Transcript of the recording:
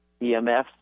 EMF